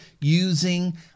using